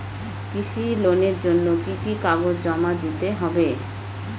কৃষি লোনের জন্য কি কি কাগজ জমা করতে হবে?